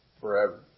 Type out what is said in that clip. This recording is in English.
forever